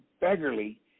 beggarly